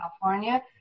California